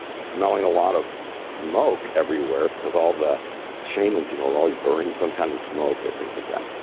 smelling a lot of smoke everywhere, because all the shamans you know are always burning some kind of smoke and things like that,